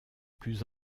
plus